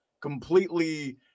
completely